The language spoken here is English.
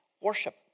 worship